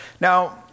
Now